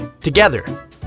together